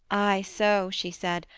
ay so she said,